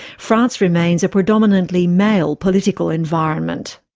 france remains a predominantly male political environment.